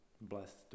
blessed